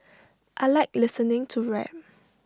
I Like listening to rap